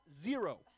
Zero